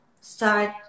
start